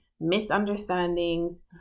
misunderstandings